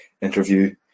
interview